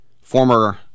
former